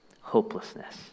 hopelessness